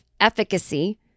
efficacy